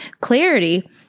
clarity